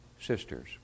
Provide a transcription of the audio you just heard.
sisters